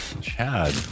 Chad